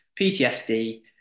PTSD